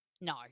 No